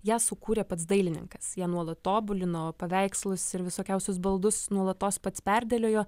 ją sukūrė pats dailininkas ją nuolat tobulino paveikslus ir visokiausius baldus nuolatos pats perdėliojo